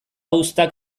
uztak